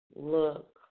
Look